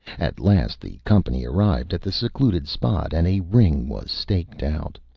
at last the company arrived at the secluded spot, and a ring was staked out.